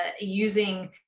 using